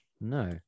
No